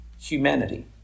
humanity